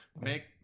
Make